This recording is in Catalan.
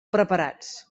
preparats